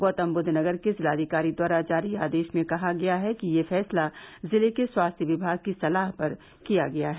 गौतमबुद्व नगर के जिलाधिकारी द्वारा जारी आदेश में कहा गया है कि यह फैसला जिले के स्वास्थ्य विभाग की सलाह पर किया गया है